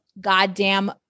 goddamn